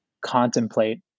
contemplate